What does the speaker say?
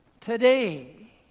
today